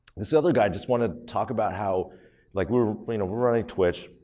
this other guy just wanted to talk about how like, we were i mean were running twitch.